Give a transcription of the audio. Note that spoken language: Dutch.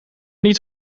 niet